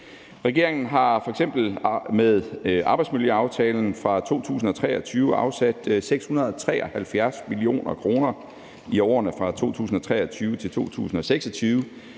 Regeringen har f.eks. med arbejdsmiljøaftalen fra 2023 afsat 673 mio. kr. i årene fra 2023 til 2026